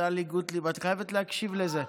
טלי גוּטליב, את חייבת להקשיב לזה.